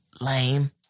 Lame